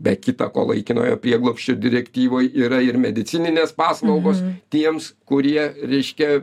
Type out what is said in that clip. be kita ko laikinojo prieglobsčio direktyvoj yra ir medicininės paslaugos tiems kurie reiškia